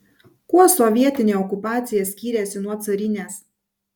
kuo sovietinė okupacija skyrėsi nuo carinės